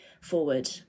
forward